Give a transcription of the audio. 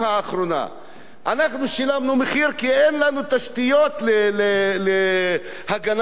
אנחנו שילמנו מחיר כי אין לנו תשתיות למה שנקרא הגנת העורף.